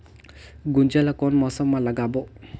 गुनजा ला कोन मौसम मा लगाबो?